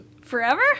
Forever